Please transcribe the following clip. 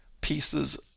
pieces